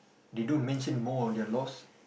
they don't mention more of their loss